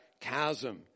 chasm